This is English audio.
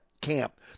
Camp